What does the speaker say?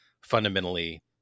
fundamentally